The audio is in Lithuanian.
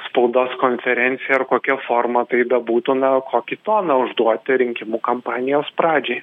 spaudos konferenciją ar kokia forma tai bebūtų na kokį toną užduoti rinkimų kampanijos pradžiai